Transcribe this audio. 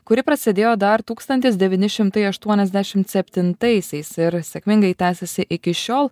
kuri prasidėjo dar tūkstantis devyni šimtai aštuoniasdešimt septintaisiais ir sėkmingai tęsiasi iki šiol